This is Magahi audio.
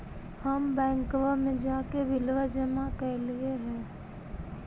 हम बैंकवा मे जाके बिलवा जमा कैलिऐ हे?